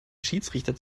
schiedsrichter